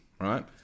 right